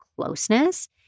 closeness